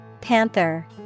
Panther